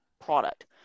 product